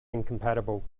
incompatible